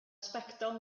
sbectol